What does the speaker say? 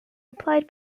applied